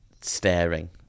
staring